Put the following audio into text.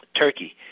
Turkey